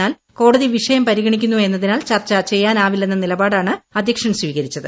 എന്നാൽ കോടതി വിഷയം പരിഗണിക്കുന്നു എന്നതിനാൽ ചർച്ച ചെയ്യാനാവില്ലെന്ന നിലപാടാണ് അധ്യക്ഷൻ സ്വീകരിച്ചത്